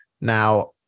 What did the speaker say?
Now